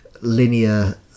linear